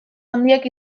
handiak